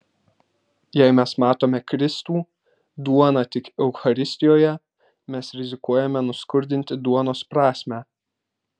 jei mes matome kristų duoną tik eucharistijoje mes rizikuojame nuskurdinti duonos prasmę